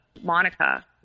Monica